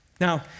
Now